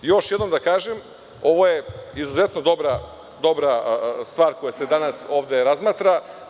Još jednom da kažem, ovo je izuzetno dobra stvar koja se danas ovde razmatra.